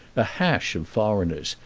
a hash of foreigners,